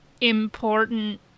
important